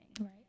Right